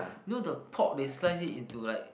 you know the pork they slice it into like